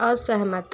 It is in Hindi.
असहमत